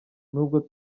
ntabwo